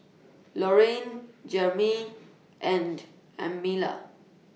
Lorrayne Jereme and Amalia